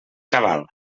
cabal